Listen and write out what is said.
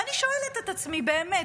ואני שואלת את עצמי, באמת,